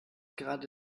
gerade